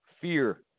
Fear